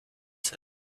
said